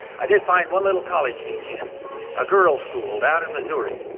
i did find one little college teaching it a girls school down in missouri,